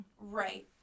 right